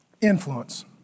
influence